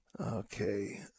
okay